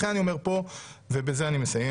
לכן אני אומר פה, ובזה אני מסיים: